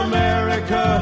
America